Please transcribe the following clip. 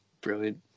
Brilliant